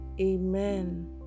Amen